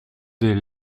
des